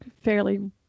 fairly